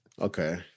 Okay